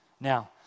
Now